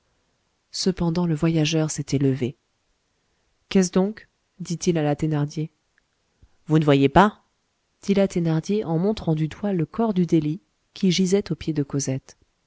cependant le voyageur s'était levé qu'est-ce donc dit-il à la thénardier vous ne voyez pas dit la thénardier en montrant du doigt le corps du délit qui gisait aux pieds de cosette